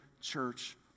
church